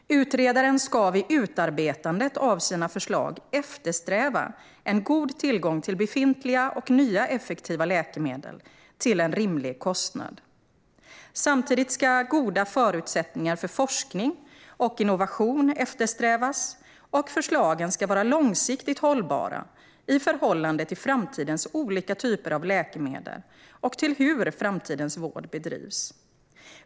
Utredaren ska vid utarbetandet av sina förslag eftersträva en god tillgång till befintliga och nya effektiva läkemedel till en rimlig kostnad. Samtidigt ska goda förutsättningar för forskning och innovation eftersträvas, och förslagen ska vara långsiktigt hållbara i förhållande till framtidens olika typer av läkemedel och till hur framtidens vård bedrivs.